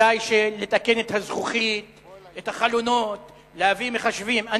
כדי לתקן את הזכוכית ואת החלונות ולהביא מחשבים.